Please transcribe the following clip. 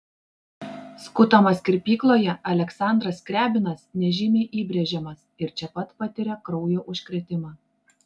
skutamas kirpykloje aleksandras skriabinas nežymiai įbrėžiamas ir čia pat patiria kraujo užkrėtimą